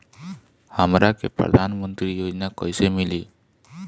हमरा के प्रधानमंत्री योजना कईसे मिली?